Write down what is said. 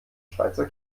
schweizer